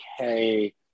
okay